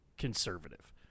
conservative